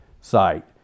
site